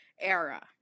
era